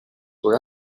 were